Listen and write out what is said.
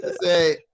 say